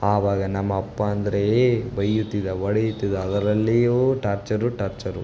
ಆವಾಗ ನಮ್ಮ ಅಪ್ಪ ಅಂದರೆ ಬೈಯುತಿದ್ದ ಹೊಡೆಯುತಿದ್ದ ಅದರಲ್ಲಿಯೂ ಟಾರ್ಚರು ಟಾರ್ಚರು